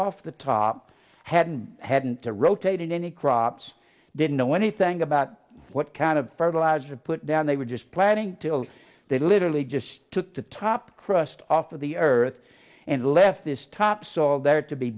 off the top hadn't hadn't the rotated any crops didn't know anything about what kind of fertilizer put down they were just planning till they literally just took the top crust off of the earth and left this topsoil there to be